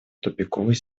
тупиковой